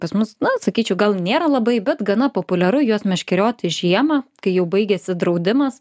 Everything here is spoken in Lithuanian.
pas mus na sakyčiau gal nėra labai bet gana populiaru juos meškerioti žiemą kai jau baigiasi draudimas